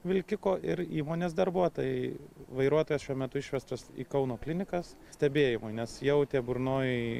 vilkiko ir įmonės darbuotojai vairuotojas šiuo metu išveštas į kauno klinikas stebėjimui nes jautė burnoj